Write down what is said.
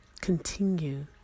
continue